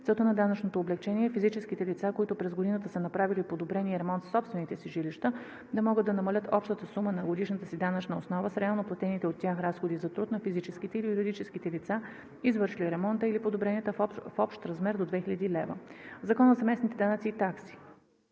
Целта на данъчното облекчение е физическите лица, които през годината са направили подобрения и ремонт в собствените си жилища, да могат да намалят общата сума на годишната си данъчна основа с реално платените от тях разходи за труд на физическите или юридическите лица, извършили ремонта или подобренията, в общ размер до две хиляди лева. В Закона за местните данъци и такси